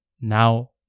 now